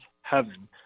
heaven